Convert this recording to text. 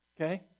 Okay